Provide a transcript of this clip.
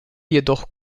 jedoch